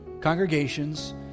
congregations